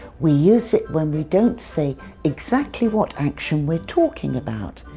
we use it when we don't say exactly what action we're talking about.